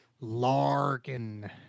Larkin